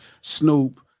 Snoop